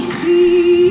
see